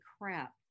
crap